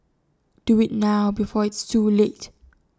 do IT now before it's too late